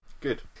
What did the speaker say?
Good